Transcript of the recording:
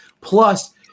Plus